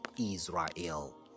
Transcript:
Israel